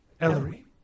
Ellery